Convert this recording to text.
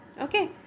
okay